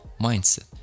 mindset